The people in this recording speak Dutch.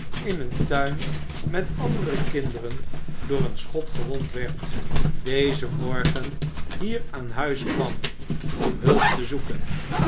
in een tuin met andere kinderen door een schot gewond werd dezen morgen hier aan huis kwam om hulp te zoeken